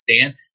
Dan